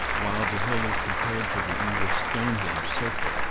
while the hill is compared to the english stonehenge circle,